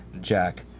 Jack